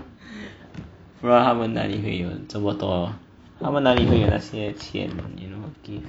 不然他们哪里会有这么多他们哪里会有那些钱 you know to give